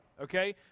okay